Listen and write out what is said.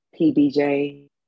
PBJ